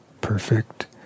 perfect